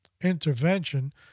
Intervention